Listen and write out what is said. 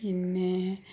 പിന്നെ